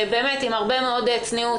עם הרבה מאוד צניעות,